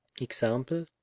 Example